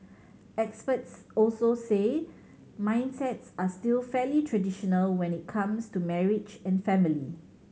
experts also say mindsets are still fairly traditional when it comes to marriage and family